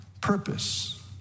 purpose